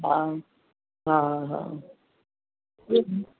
हा हा हा